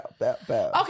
Okay